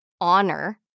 honor